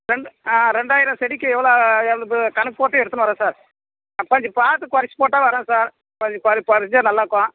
rent ஆ ரெண்டாயிரம் செடிக்கு எவ்வளோ எவ்வளோது கணக்குப் போட்டு எடுத்துன்னு வர்றேன் சார் ஆ கொஞ்சம் பார்த்து குறைச்சி போட்டால் வர்றேன் சார் கொஞ்சம் கொ குறைச்சா நல்லா இருக்கும்